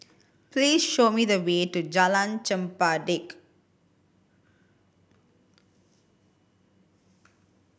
please show me the way to Jalan Chempedak